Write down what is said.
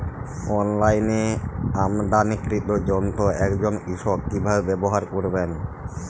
অনলাইনে আমদানীকৃত যন্ত্র একজন কৃষক কিভাবে ব্যবহার করবেন?